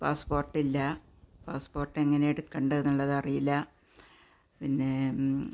passport ഇല്ല passport എങ്ങനെയാണ് എടുക്കേണ്ടതെന്നുള്ളത് അറിയില്ല പിന്നെ